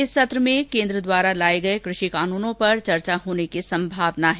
इस सत्र में केन्द्र द्वारा लाए गए कृषि कानूनों पर चर्चा होने की संभावना है